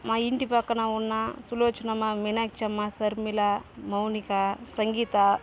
మా ఇంటి పక్కన ఉన్న సులోచనమ్మ మీనాక్షమ్మ షర్మిల మౌనిక సంగీత